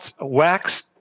wax